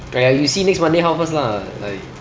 !aiya! you see next monday how first lah like